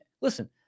listen